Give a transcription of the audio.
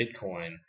Bitcoin